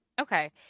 Okay